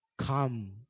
Come